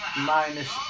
minus